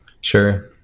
Sure